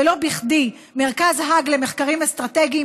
ולא בכדי מרכז האג למחקרים אסטרטגיים